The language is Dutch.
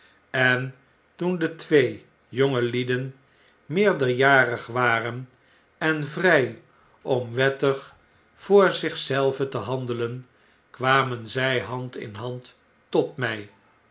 en toen de twee jongelieden meerderjarig waren en vrij om wettig voor zich zelve te handelen kwamen zy hand in hand tot my